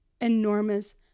enormous